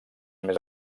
més